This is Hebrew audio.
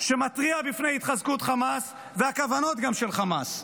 שמתריע בפני התחזקות חמאס וגם הכוונות של חמאס?